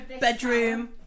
bedroom